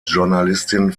journalistin